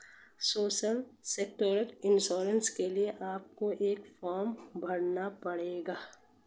social sector insurance के लिए आपको एक फॉर्म भरना पड़ेगा